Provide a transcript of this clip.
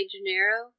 Janeiro